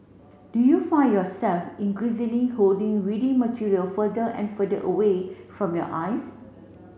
do you find yourself increasingly holding reading material further and further away from your eyes